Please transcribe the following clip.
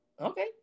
okay